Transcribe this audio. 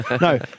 no